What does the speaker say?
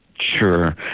Sure